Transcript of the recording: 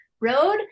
road